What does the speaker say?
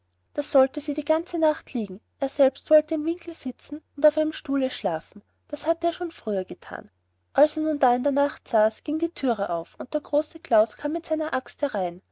da sollte sie die ganze nacht liegen er selbst wollte im winkel sitzen und auf einem stuhle schlafen das hatte er schon früher gethan als er nun da in der nacht saß ging die thüre auf und der große klaus kam mit einer axt herein